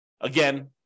Again